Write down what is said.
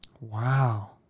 Wow